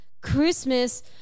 Christmas